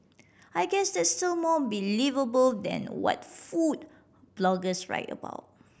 I guess that's still more believable than what food bloggers write about